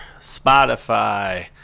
Spotify